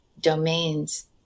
domains